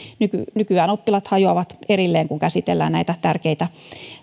nykyään oppilaat hajoavat erilleen kun käsitellään näitä tärkeitä